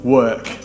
work